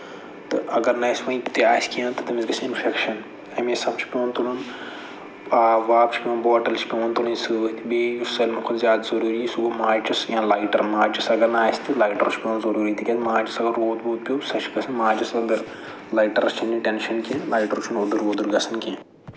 تہٕ اَگر نہٕ اَسہِ وۄنۍ تہِ آسہِ کیٚنٛہہ تہٕ تٔمِس گژھِ اِنفٮ۪کشَن اَمہِ حِسابہٕ چھِ پٮ۪وان تُلُن آب واب چھُ پٮ۪وان بوٹَل چھِ پٮ۪وان تُلٕنۍ سۭتۍ بیٚیہِ یُس سٲلمَو کھۄتہٕ زیادٕ ضٔروٗری سُہ گوٚو ماچِس یا لایٹَر ماچِس اَگر نہٕ آسہِ تہٕ لایٹَر چھُ پٮ۪وان ضٔروٗری تِکیٛازِ ماچِس اَگر روٗد ووٗد پیوٚو سۄ چھِ گژھان ماچِس أدٕر لایٹَرَس چھُنہٕ ٹٮ۪نشَن کیٚنٛہہ لایٹَر چھُنہٕ اوٚدُر ووٚدُر گژھان کیٚنٛہہ